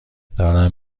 دارم